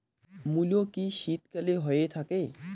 মূলো কি শীতকালে হয়ে থাকে?